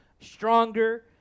stronger